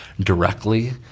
directly